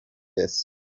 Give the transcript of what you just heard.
this